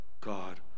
God